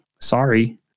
Sorry